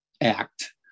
act